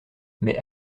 mais